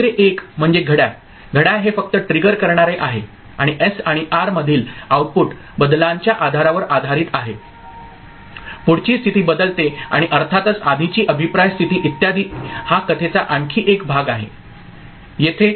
दुसरे एक म्हणजे घड्याळ घड्याळ हे फक्त ट्रिगर करणारे आहे आणि एस आणि आर मधील आऊटपुट बदलांच्या आधारावर आधारित आहे पुढची स्थिती बदलते आणि अर्थातच आधीची अभिप्राय स्थिती इत्यादीं इत्यादीं हा कथेचा आणखी एक भाग आहे येथे